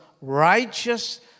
righteous